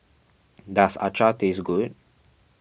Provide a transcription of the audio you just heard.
does Acar taste good